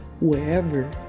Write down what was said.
wherever